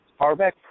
Harbeck